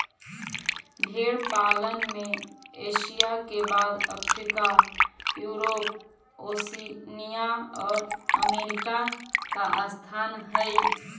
भेंड़ पालन में एशिया के बाद अफ्रीका, यूरोप, ओशिनिया और अमेरिका का स्थान हई